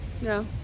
no